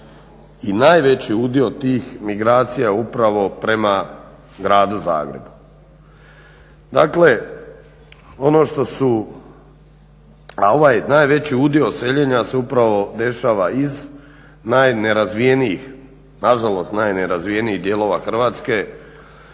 i najveći udio tih migracija upravo prema gradu Zagrebu. Dakle, ono što su a ovaj najveći udio seljenja se upravo dešava iz najnerazvijenijih nažalost najnerazvijenijih dijelova Hrvatske,